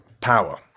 power